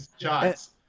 shots